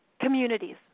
communities